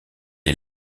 est